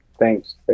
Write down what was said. Thanks